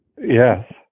Yes